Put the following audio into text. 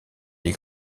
est